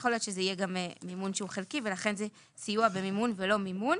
יכול להיות שהוא יהיה מימון חלקי ולכן זה סיוע במימון ולא מימון,